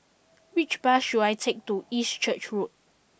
which bus should I take to East Church Road